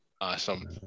Awesome